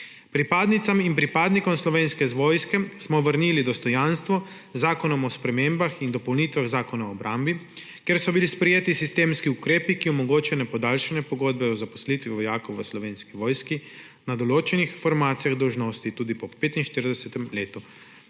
Pripadnicam in pripadnikom Slovenske vojske smo vrnili dostojanstvo z Zakonom o spremembah in dopolnitvah Zakona o obrambi, kjer so bili sprejeti sistemski ukrepi, ki omogočajo podaljšanje pogodbe o zaposlitvi vojakov v Slovenski vojski na določenih formacijah dolžnosti tudi po 45. letu